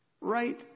Right